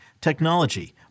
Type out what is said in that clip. technology